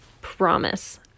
Promise